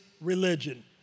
religion